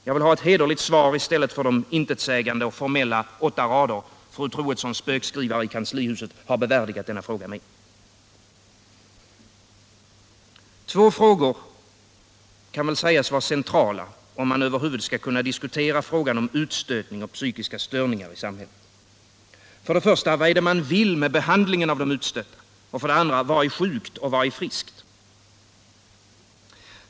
Jag vill ha ett hederligt svar i stället för de intetsägande och formella åtta rader fru Troedssons spökskrivare i kanslihuset har bevärdigat denna fråga med. Två frågor kan väl sägas vara centrala om man över huvud skall kunna diskutera utstötning och psykiska störningar i samhället. För det första: Vad vill man med behandlingen av de utstötta? För det andra: Vad är sjukt och vad är friskt?